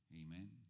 Amen